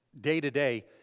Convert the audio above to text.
day-to-day